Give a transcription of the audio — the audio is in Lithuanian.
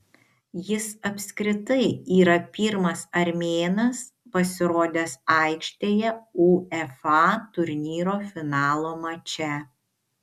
jis apskritai yra pirmas armėnas pasirodęs aikštėje uefa turnyro finalo mače